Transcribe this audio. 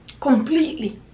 completely